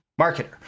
marketer